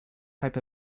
type